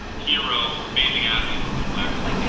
hero, amazing athlete, political activist, yeah